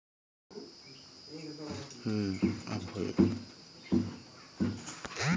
tractor क बिना कृषि करल बहुत कठिन होला